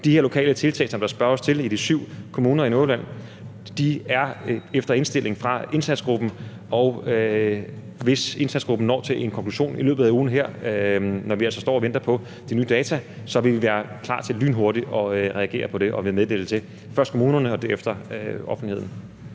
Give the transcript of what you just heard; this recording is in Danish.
her lokale tiltag, som der spørges til, i de syv kommuner i Nordjylland, er efter indstilling fra indsatsgruppen, og hvis indsatsgruppen når til en konklusion i løbet af ugen her, hvor vi altså står og venter på de nye data, så vil vi være klar til lynhurtigt at reagere på det og vil meddele det til først kommunerne og derefter offentligheden.